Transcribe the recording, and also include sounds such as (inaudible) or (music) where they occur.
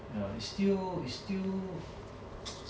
ya is still is still (noise)